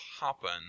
happen